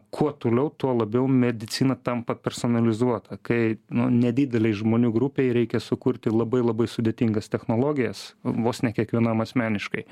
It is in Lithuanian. kuo toliau tuo labiau medicina tampa personalizuota kai nu nedidelei žmonių grupei reikia sukurti labai labai sudėtingas technologijas vos ne kiekvienam asmeniškai